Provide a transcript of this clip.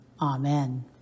Amen